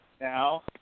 now